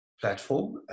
platform